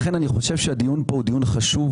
לכן אני חושב שהדיון כאן הוא דיון חשוב,